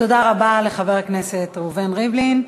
תודה רבה לחבר הכנסת ראובן ריבלין.